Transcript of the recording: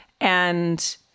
and-